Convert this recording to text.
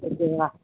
ஓகேங்களா